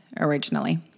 originally